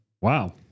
wow